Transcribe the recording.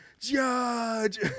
judge